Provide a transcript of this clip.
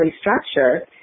structure